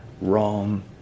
wrong